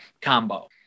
combo